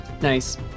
Nice